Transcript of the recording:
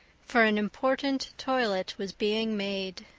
for an important toilet was being made.